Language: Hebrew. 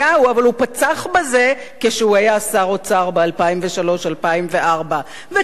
אבל הוא פתח בזה כשהוא היה שר אוצר ב-2003 2004. וכך,